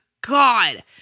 God